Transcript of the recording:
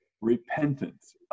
repentance